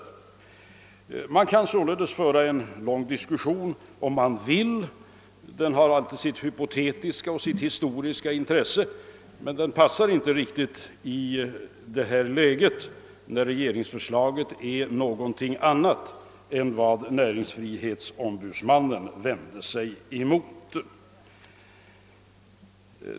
Om man vill kan man naturligtvis föra en lång diskussion om statskontorets förslag, ty en sådan har alltid sitt hypotetiska och historiska intresse, men den passar inte riktigt i det nuvarande läget, eftersom regeringsförslaget är någonting annat än det näringsfrihetsombudsmannen vände sig mot.